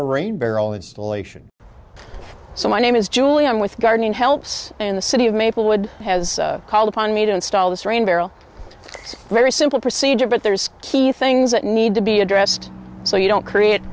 a rain barrel installation so my name is julie i'm with gardening helps in the city of maplewood has called upon me to install this rain barrel very simple procedure but there's key things that need to be addressed so you don't create